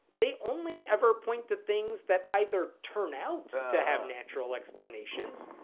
they only ever point to things that either turn out to have natural explanations,